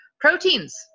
Proteins